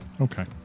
Okay